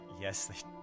Yes